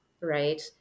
right